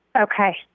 Okay